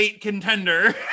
contender